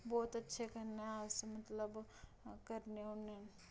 बहुत अच्छे कन्नै अस मतलब करने होन्ने